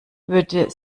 würde